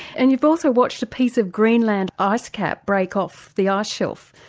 and you've also watched a piece of greenland icecap break off the ice shelf,